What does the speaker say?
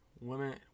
women